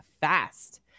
fast